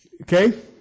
Okay